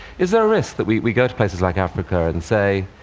is there a risk that we go to places like africa and say,